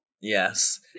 yes